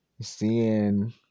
seeing